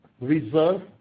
reserve